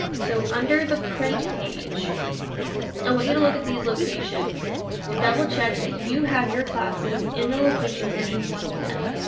so under the print page i want you to look at these location to double check that you have your classes in the location that you want them.